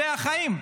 זה חיים.